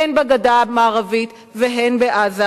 הן בגדה במערבית והן בעזה,